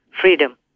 freedom